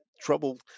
trouble